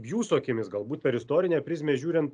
jūsų akimis galbūt per istorinę prizmę žiūrint